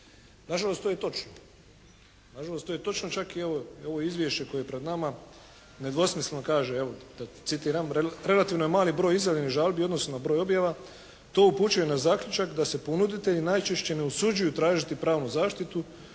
Nažalost to je točno, čak i ovo izvješće koje je pred nama nedvosmisleno kaže evo da citiram: «Relativno je mali broj izjavljenih žalbi u odnosu na broj objava. To upućuje na zaključak da se ponuditelji najčešće ne usuđuju tražiti pravnu zaštitu